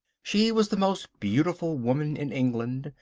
she was the most beautiful woman in england.